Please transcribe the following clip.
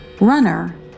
Runner